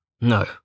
No